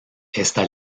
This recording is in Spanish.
esta